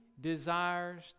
desires